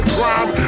Crime